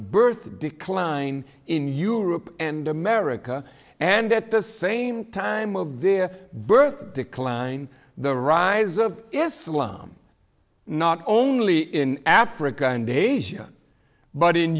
birth decline in europe and america and at the same time of their birth decline the rise of islam not only in africa and asia but in